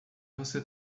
você